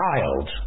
child